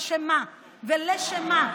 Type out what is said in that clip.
על שם מה ולשם מה.